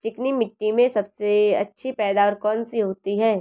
चिकनी मिट्टी में सबसे अच्छी पैदावार कौन सी होती हैं?